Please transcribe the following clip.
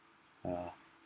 yeah